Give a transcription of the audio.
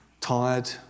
tired